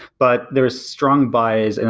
but there is strong bias, and